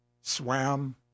swam